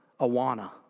Awana